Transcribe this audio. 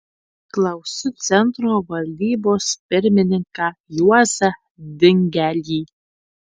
klausiu centro valdybos pirmininką juozą dingelį